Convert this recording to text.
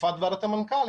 לתקופת וועדת המנכ"לים,